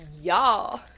Y'all